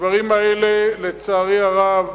הדברים האלה, לצערי הרב,